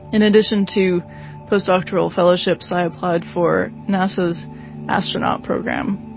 in addition to postdoctoral fellowships i applied for nasa's astronaut program.